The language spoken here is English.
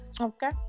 Okay